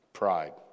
Pride